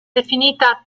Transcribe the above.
definita